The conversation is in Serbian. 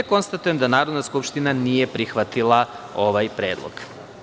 Konstatujem da Narodna skupština nije prihvatila ovaj predlog.